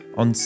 on